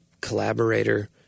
collaborator